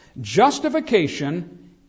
justification